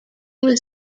was